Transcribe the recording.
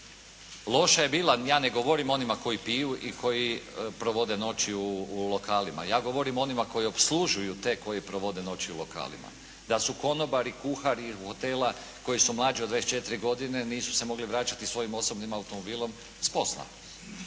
Loša je bila, ja ne govorim o onima koji piju i koji provode noći u lokalima. Ja govorim o onima koji opslužuju te koji provode noći u lokalima, da su konobari, kuhari hotela koji su mlađi od 24 godine nisu se mogli vraćati svojim osobnim automobilom s posla.